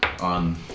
on